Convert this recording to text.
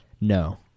No